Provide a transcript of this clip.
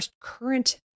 current